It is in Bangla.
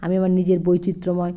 আমি আমার নিজের বৈচিত্র্যময়